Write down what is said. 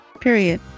period